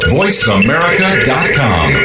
voiceamerica.com